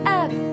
up